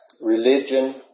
religion